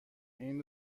این